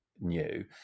new